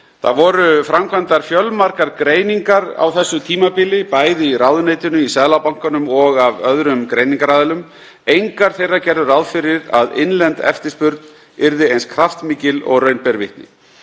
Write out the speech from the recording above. Það voru framkvæmdar fjölmargar greiningar á þessu tímabili, bæði í ráðuneytinu, í Seðlabankanum og af öðrum greiningaraðilum. Engar þeirra gerðu ráð fyrir að innlend eftirspurn yrði eins kraftmikil og raun ber vitni.